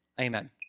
amen